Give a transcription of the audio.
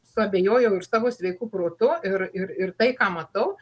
suabejojau ir savo sveiku protu ir ir ir tai ką matau